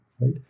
right